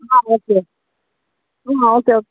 okay okay okay